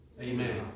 Amen